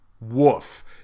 Woof